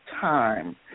time